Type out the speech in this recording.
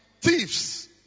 thieves